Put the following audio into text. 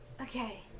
Okay